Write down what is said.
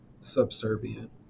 subservient